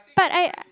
but I